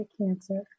cancer